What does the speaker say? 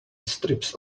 strips